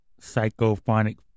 Psychophonic